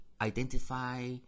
identify